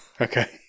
Okay